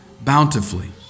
bountifully